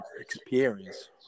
experience